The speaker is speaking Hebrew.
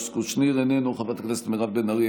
חברת הכנסת תמר זנדברג,